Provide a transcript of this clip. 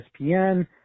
ESPN